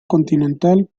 continental